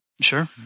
Sure